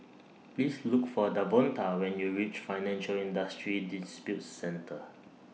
Please Look For Davonta when YOU REACH Financial Industry Disputes Center